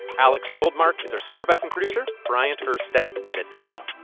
alex goldmark is our supervising producer. bryant urstadt edits the show.